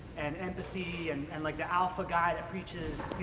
and empathy and and like the alpha guy that preaches.